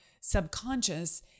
subconscious